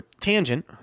tangent